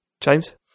James